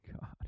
god